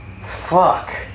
Fuck